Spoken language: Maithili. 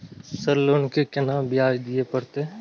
सर लोन के केना ब्याज दीये परतें?